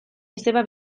izeba